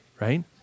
right